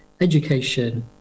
education